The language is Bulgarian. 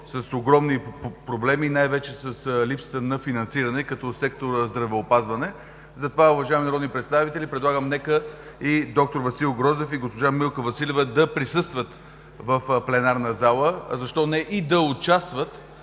с огромни проблеми и най-вече с липсата на финансиране, като сектора „Здравеопазване“, затова, уважаеми народни представители, предлагам д-р Васил Грозев и госпожа Милка Василева да присъстват в пленарната зала, а защо не и да участват